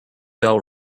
bell